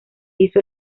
hizo